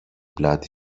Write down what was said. πλάτη